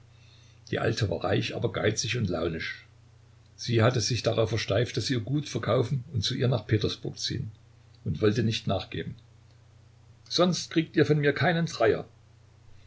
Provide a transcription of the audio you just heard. die alte war reich aber geizig und launisch sie hatte sich darauf versteift daß sie ihr gut verkaufen und zu ihr nach petersburg ziehen und wollte nicht nachgeben sonst kriegt ihr von mir keinen dreier